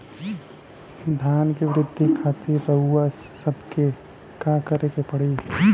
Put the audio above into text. धान क वृद्धि खातिर रउआ सबके का करे के पड़ी?